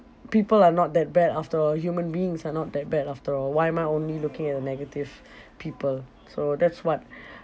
people are not that bad after all human beings are not that bad after all why am I only looking at the negative people so that's what